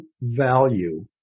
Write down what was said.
value